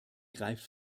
greift